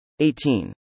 18